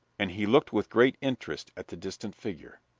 and he looked with great interest at the distant figure.